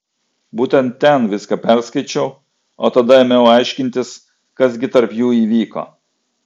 būtent ten viską perskaičiau o tada ėmiau aiškintis kas gi tarp jų įvyko